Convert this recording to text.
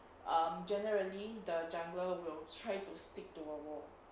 um generally the jungler will try to stick to a wall